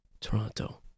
Toronto